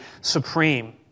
supreme